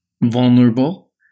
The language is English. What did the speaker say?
vulnerable